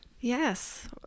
Yes